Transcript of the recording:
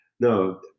No